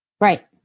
Right